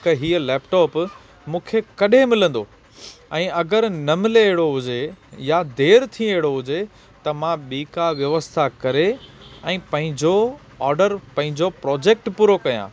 क हीअ लैपटॉप मूंखे कॾहिं मिलंदो ऐं अगरि न मिले अहिड़ो हुजे यां देरि थिए अहिड़ो हुजे त मां ॿी का व्यवस्था करे ऐं पंहिंजो ऑडर पंहिंजो प्रोजेक्ट पूरो कयां